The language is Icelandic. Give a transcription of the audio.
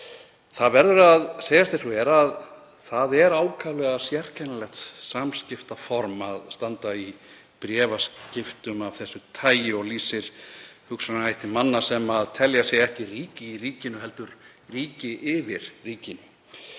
Það verður að segjast eins og er að það er ákaflega sérkennilegt samskiptaform að standa í bréfaskiptum af þessu tagi og lýsir hugsunarhætti manna sem telja sig ekki ríki í ríkinu heldur ríki yfir ríkinu.